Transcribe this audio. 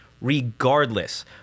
Regardless